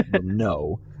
no